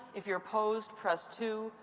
if you're opposed, press two.